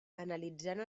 analitzant